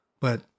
But